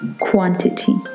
quantity